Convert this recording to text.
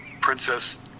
Princess